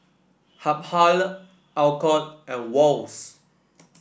Habhal Alcott and Wall's